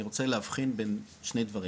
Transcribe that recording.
אני רוצה להבחין בין שני דברים,